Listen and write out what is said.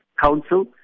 Council